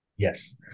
Yes